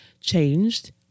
changed